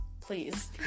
please